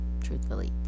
Truthfully